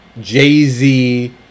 Jay-Z